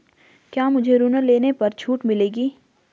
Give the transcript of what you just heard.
क्या मुझे ऋण लेने पर छूट मिलेगी?